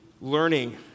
learning